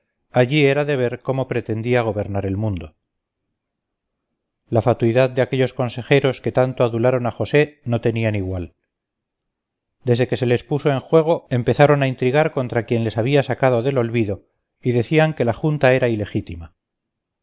allí era de ver cómo pretendía gobernar el mundo la fatuidad de aquellos consejeros que tanto adularon a josé no tenía igual desde que se les puso en juego empezaron a intrigar contra quien les había sacado del olvido y decían que la junta era ilegítima